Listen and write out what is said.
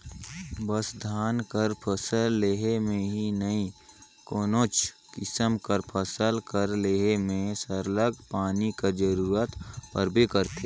बस धान कर फसिल लेहे में ही नई कोनोच किसिम कर फसिल कर लेहे में सरलग पानी कर जरूरत परबे करथे